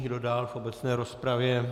Kdo dál v obecné rozpravě?